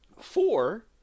Four